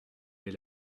des